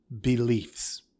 beliefs